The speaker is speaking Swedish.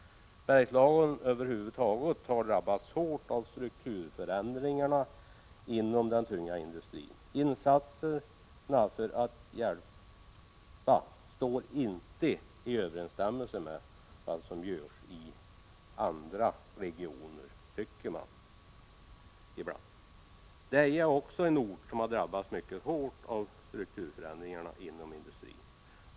Bergslagen över huvud taget har drabbats hårt av strukturförändringarna inom den tunga industrin. Vi anser att de insatser som görs för att hjälpa inte är lika stora som de insatser som görs i andra regioner. Deje är också en ort som drabbats mycket hårt av strukturförändringarna inom industrin.